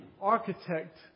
architect